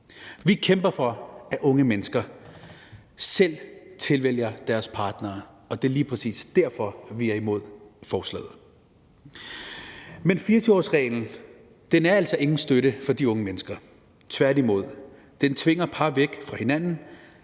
Vi kæmper for, at unge mennesker selv tilvælger deres partnere, og det er lige præcis derfor, at vi er imod forslaget. Men 24-årsreglen er altså ingen støtte for de unge mennesker, tværtimod. Den tvinger par væk fra hinanden,